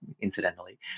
incidentally